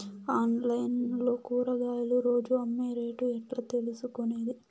Online లో కూరగాయలు రోజు అమ్మే రేటు ఎట్లా తెలుసుకొనేది?